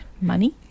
money